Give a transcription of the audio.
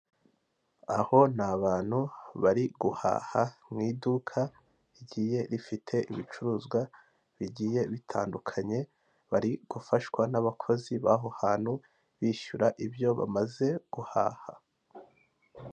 Abo ni abantu, bari guhaha mu iduka rigiye rifite ibicuruzwa bigiye bitandukanye, bari gufashwa n'abakozi b'aho hantu bishyura ibyo bamaze guhaha.